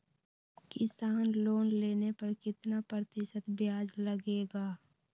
किसान लोन लेने पर कितना प्रतिशत ब्याज लगेगा?